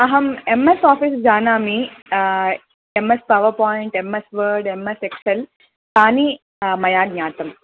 अहम् M S office जानामि M S power point M S word M S excel तानि मया ज्ञातम्